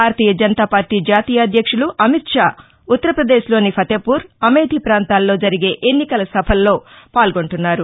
భారతీయ Janata party BJP జాతీయ అధ్యక్షులు అమిత్ షా ఉత్తర్రపదేశ్లోని ఫతేపూర్ అమేథీ పాంతాల్లో జరిగే ఎన్నికల సభల్లో పాల్గొంటున్నారు